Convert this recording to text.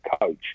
coach